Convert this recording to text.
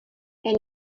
and